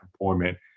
employment